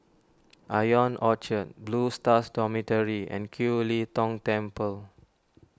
Ion Orchard Blue Stars Dormitory and Kiew Lee Tong Temple